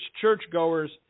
churchgoers